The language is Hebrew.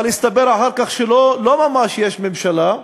אבל הסתבר אחר כך שלא ממש יש ממשלה,